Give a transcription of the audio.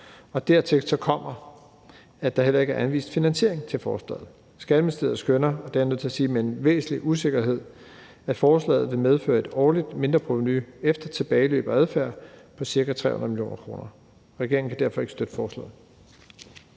Dertil kommer, at der heller ikke er anvist finansiering af forslaget. Skatteministeriet skønner – og det er jeg nødt til at sige – med en væsentlig usikkerhed, at forslaget vil medføre et årligt mindreprovenu efter tilbageløb og adfærd på ca. 300 mio. kr. Regeringen kan derfor ikke støtte forslaget.